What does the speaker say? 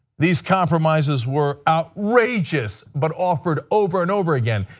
these compromises were outrageous but offered over and over again.